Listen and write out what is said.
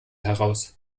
heraus